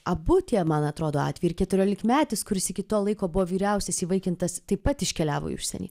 abu tie man atrodo atvejai ir keturiolikmetis kuris iki to laiko buvo vyriausias įvaikintas taip pat iškeliavo į užsienį